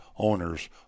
owners